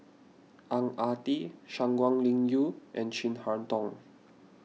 Ang Ah Tee Shangguan Liuyun and Chin Harn Tong